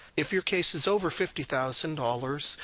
if your case is over fifty thousand dollars,